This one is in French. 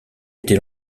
été